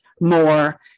more